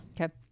Okay